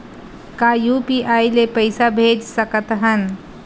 का यू.पी.आई ले पईसा भेज सकत हन?